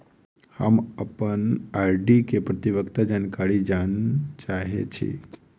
हम अप्पन आर.डी केँ परिपक्वता जानकारी जानऽ चाहै छी